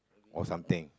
or something